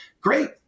great